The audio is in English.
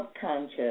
subconscious